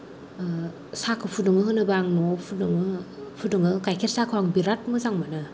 साखौ फुदुङो होनोबा आं न'आव फुदुङो फुदुङो गायखेर साहखौ आं बिराद मोजां मोनो